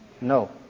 No